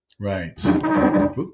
Right